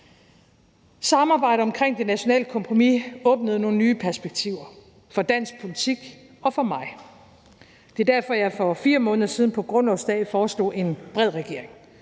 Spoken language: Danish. Samarbejdet omkring det nationale kompromis åbnede nogle nye perspektiver for dansk politik og for mig. Det er derfor, at jeg for 4 måneder siden på grundlovsdag foreslog en bred regering.